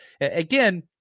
again